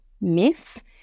miss